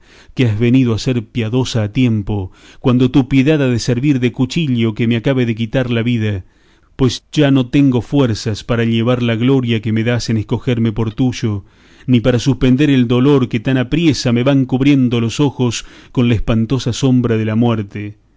que has venido a ser piadosa a tiempo cuando tu piedad ha de servir de cuchillo que me acabe de quitar la vida pues ya no tengo fuerzas para llevar la gloria que me das en escogerme por tuyo ni para suspender el dolor que tan apriesa me va cubriendo los ojos con la espantosa sombra de la muerte